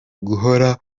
guhora